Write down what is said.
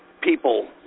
people